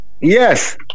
Yes